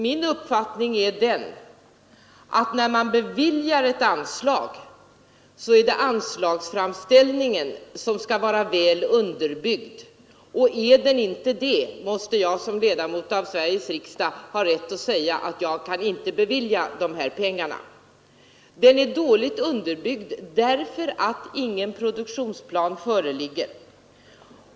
Min uppfattning är den att när man beviljar ett anslag så är det anslagsframställningen som skall vara väl underbyggd. Är den inte det, måste jag som ledamot av Sveriges riksdag ha rätt att säga att jag inte vill vara med om att bevilja pengarna. Den här anslagsframställningen är dåligt underbyggd därför att ingen produktionsplan föreligger.